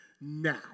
now